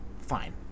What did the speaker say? Fine